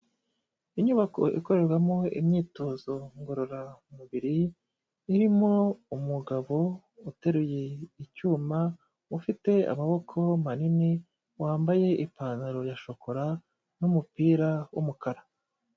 Inyubako ikorerwamo imyitozo ngororamubiri, irimo umugabo uteruye icyuma, ufite amaboko manini, wambaye ipantaro ya shokora n'umupira w'umukara.